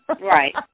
Right